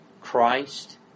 Christ